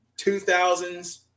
2000s